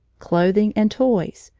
clothing, and toys,